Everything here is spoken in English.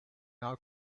now